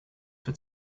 for